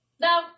no